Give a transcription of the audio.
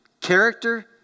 Character